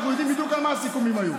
אנחנו יודעים בדיוק על מה הסיכומים היו.